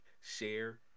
share